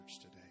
today